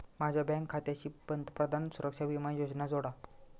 माझ्या बँक खात्याशी पंतप्रधान सुरक्षा विमा योजना जोडा